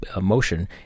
motion